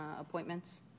appointments